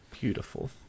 Beautiful